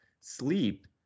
sleep